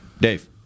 Dave